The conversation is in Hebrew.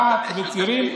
רהט וצירים,